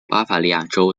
巴伐利亚州